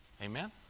Amen